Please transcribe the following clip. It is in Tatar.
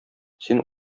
син